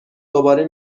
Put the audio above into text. دوباره